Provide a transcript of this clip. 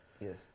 Yes